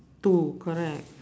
two correct